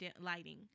lighting